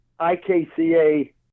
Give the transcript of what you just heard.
IKCA